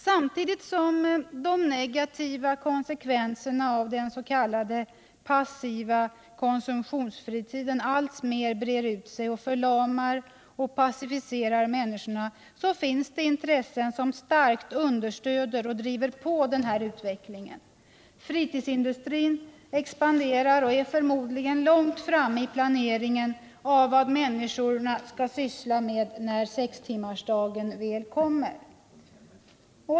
Samtidigt som de negativa konsekvenserna av den s.k. passiva konsumtionsfritiden alltmer breder ut sig och förlamar och passiviserar människor finns det intressen som starkt understöder och driver på denna utveckling. Fritidsindustrin expanderar och är förmodligen långt framme i planeringen av vad människor skall syssla med när sextimmarsdagen väl kommer.